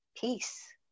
peace